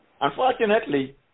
Unfortunately